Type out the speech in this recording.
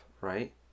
right